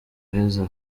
uheze